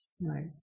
Right